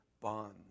bond